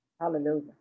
Hallelujah